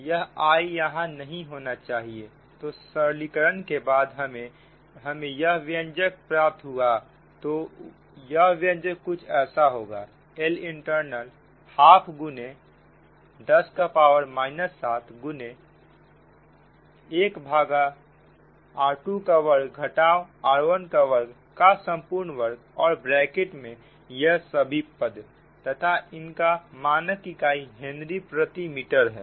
तो यह I यहां नहीं होना चाहिए तो सरलीकरण के बाद हमें या व्यंजक प्राप्त हुआ तो यह व्यंजक कुछ ऐसा होगा Lint½ गुने 10 का पावर 7 गुने 1 भाग r2 का वर्ग घटाओ r1 का वर्ग का संपूर्ण वर्ग और ब्रैकेट में यह सभी पद तथा इनका मानक इकाई हेनरी प्रति मीटर है